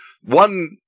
one